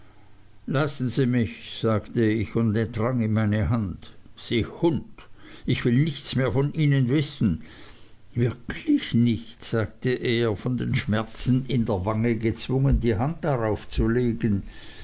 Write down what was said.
lassen sie mich sagte ich und entrang ihm meine hand sie hund ich will nichts mehr von ihnen wissen wirklich nicht sagte er von den schmerzen in der wange gezwungen die hand darauf zu legen